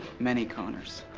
many connors.